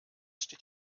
steht